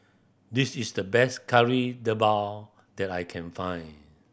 this is the best Kari Debal that I can find